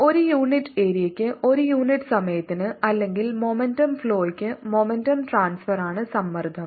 ഒരു യൂണിറ്റ് ഏരിയയ്ക്ക് ഒരു യൂണിറ്റ് സമയത്തിന് അല്ലെങ്കിൽ മൊമെന്റം ഫ്ലോയ്ക്ക് മൊമെന്റം ട്രാൻസ്ഫർ ആണ് സമ്മർദ്ദം